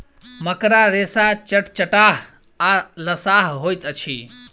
मकड़ा रेशा चटचटाह आ लसाह होइत अछि